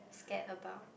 scared about